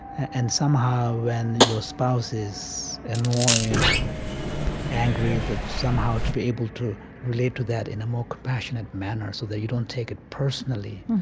and somehow when your spouse is annoyed or angry, somehow to be able to relate to that in a more compassionate manner so that you don't take it personally.